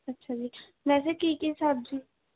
ਅੱਛਾ ਜੀ ਵੈਸੇ ਕੀ ਕੀ ਸਬਜ਼ੀ